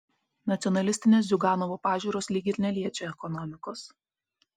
nacionalistinės ziuganovo pažiūros lyg ir neliečia ekonomikos